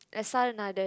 S_R-Nathan